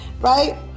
Right